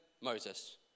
Moses